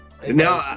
No